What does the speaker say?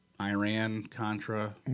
Iran-Contra